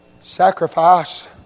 Sacrifice